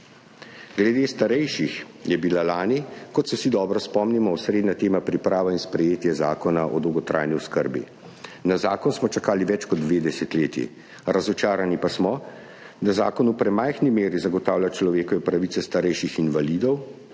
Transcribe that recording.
Glede starejših je bila lani, kot se vsi dobro spomnimo, osrednja tema priprava in sprejetje Zakona o dolgotrajni oskrbi. Na zakon smo čakali več kot dve desetletji, razočarani pa smo, da zakon v premajhni meri zagotavlja človekove pravice starejših invalidov,